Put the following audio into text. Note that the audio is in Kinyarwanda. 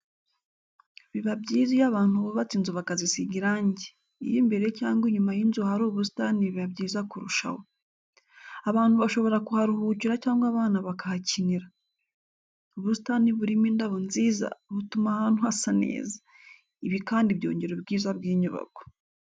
Biba byiza iyo abantu bubatse inzu bakazisiga irangi, iyo imbere cyangwa inyuma y'inzu hari ubusitani biba byiza kurushaho. Abantu bashobora kuharuhukira cyangwa abana bakahakinira. Ubusitani burimo indabo nziza, butuma ahantu hasa neza. Ibi kandi byongera ubwiza bw'inyubako.